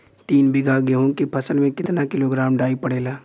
तीन बिघा गेहूँ के फसल मे कितना किलोग्राम डाई पड़ेला?